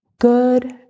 good